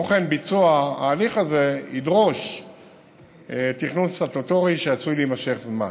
ביצוע ההליך הזה ידרוש תכנון סטטוטורי שעשוי להימשך זמן.